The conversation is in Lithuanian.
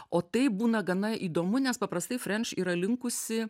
o tai būna gana įdomu nes paprastai frenš yra linkusi